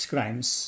Crimes